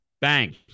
Bang